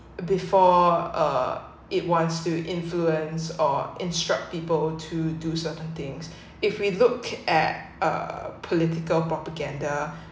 before uh it wants to influence or instruct people to do certain things if we look at